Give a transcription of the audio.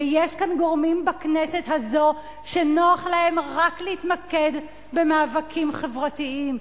ויש כאן גורמים בכנסת הזאת שנוח להם רק להתמקד במאבקים חברתיים.